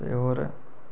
होर